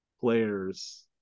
players